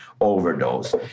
overdose